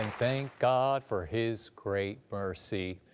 thank god for his great mercy.